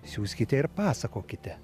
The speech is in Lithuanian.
siųskite ir pasakokite